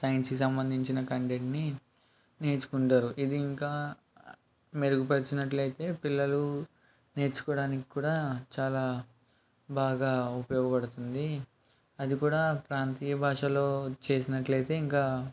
సైన్స్కి సంబంధించిన కంటెంట్ని నేర్చుకుంటారు ఇది ఇంకా మెరుగుపరిచినట్లయితే పిల్లలు నేర్చుకోవడానికి కూడా చాలా బాగా ఉపయోగపడుతుంది అది కూడా ప్రాంతీయ భాషలో చేసినట్లయితే ఇంకా